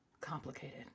complicated